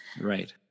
Right